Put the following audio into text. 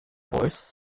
voice